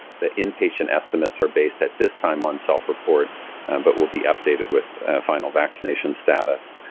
the inpatient estimates are based at this time on self-report but will be updated with final vaccination status.